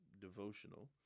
devotional